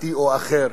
דתי או אחר.